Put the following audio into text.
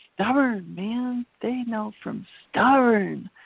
stubborn, man. they know from stubborn.